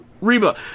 Reba